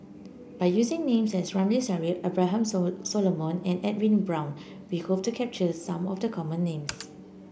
by using names such as Ramli Sarip Abraham so Solomon and Edwin Brown we hope to capture some of the common names